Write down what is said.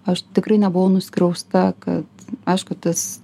aš tikrai nebuvau nuskriausta kad aišku tas